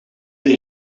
een